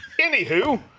Anywho